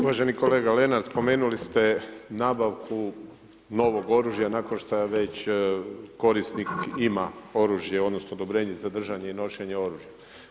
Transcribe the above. Uvaženi kolega Lenart, spomenuli ste nabavku novog oružja nakon što već korisnik ima oružje, odnosno odobrenje za držanje i nošenje oružja.